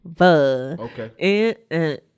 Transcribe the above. Okay